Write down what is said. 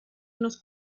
unos